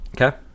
Okay